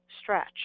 stretch